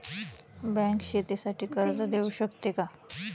Bank शेतीसाठी कर्ज देऊ शकते का?